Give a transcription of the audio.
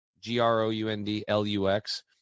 G-R-O-U-N-D-L-U-X